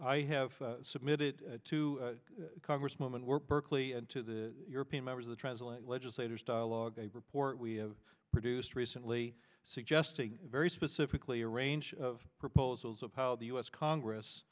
i have submitted to congresswoman were berkeley and to the european members of the translate legislators dialogue a report we have produced recently suggesting very specifically a range of proposals of how the u s congress